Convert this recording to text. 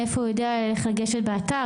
מאיפה הוא יודע איך לגשת באתר,